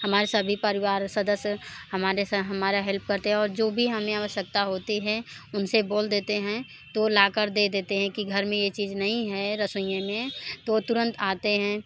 हमारे सभी परिवार सदस्य हमारे हमारा हेल्प करते और जो भी हमें आवश्यकता होती है उनसे बोल देते हैं तो वो ला कर दे देते हैं कि घर में ये चीज नहीं है रसोइएँ में तो वो तुरंत आते हैं